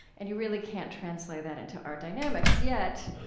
and you really can't translate that into our dynamics. yet,